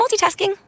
multitasking